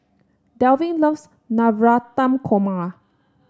Delvin loves Navratan Korma